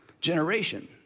generation